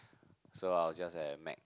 so I will just have a Mac